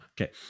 Okay